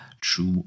true